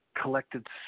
collected